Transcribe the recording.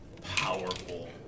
powerful